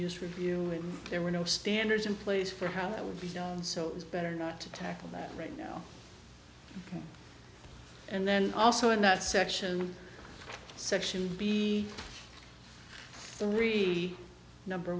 his review and there were no standards in place for how that would be done so it's better not to tackle that right now and then also in that section section b three number